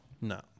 no